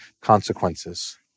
consequences